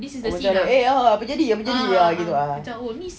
eh oh oh apa jadi apa jadi eh juga